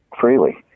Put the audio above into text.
freely